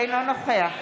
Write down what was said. אינו נוכח